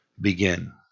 begin